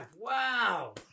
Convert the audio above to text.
wow